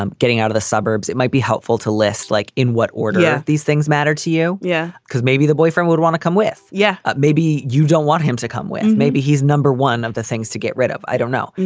um getting out of the suburbs. it might be helpful to list like in what order yeah these things matter to you. yeah, because maybe the boyfriend would want to come with you. ah maybe you don't want him to come with. and maybe he's number one of the things to get rid of. i don't know.